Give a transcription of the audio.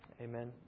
Amen